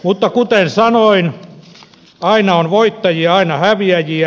mutta kuten sanoin aina on voittajia aina häviäjiä